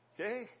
Okay